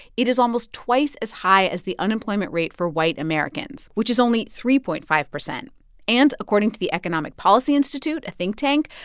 it is almost twice as high as the unemployment rate for white americans, which is only three point five percent and according to the economic policy institute, a think tank,